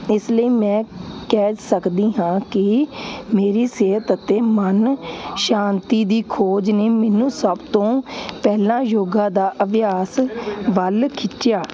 ਇਸ ਲਈ ਮੈਂ ਕਹਿ ਸਕਦੀ ਹਾਂ ਕਿ ਮੇਰੀ ਸਿਹਤ ਅਤੇ ਮਨ ਸ਼ਾਂਤੀ ਦੀ ਖੋਜ ਨੇ ਮੈਨੂੰ ਸਭ ਤੋਂ ਪਹਿਲਾਂ ਯੋਗਾ ਦਾ ਅਭਿਆਸ ਵੱਲ ਖਿੱਚਿਆ